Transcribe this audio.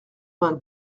vingt